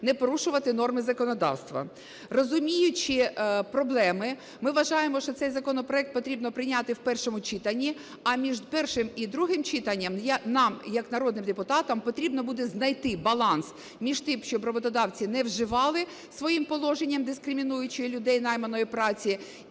не порушувати норми законодавства. Розуміючи проблеми, ми вважаємо, що цей законопроект потрібно прийняти в першому читанні, а між першим і другим читанням нам як народним депутатам потрібно буде знайти баланс між тим, щоб роботодавці не вживали своїм положенням, дискримінуючи людей найманої праці,